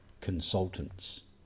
consultants